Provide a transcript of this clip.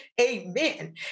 Amen